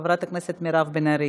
חברת הכנסת מירב בן ארי,